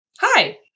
Hi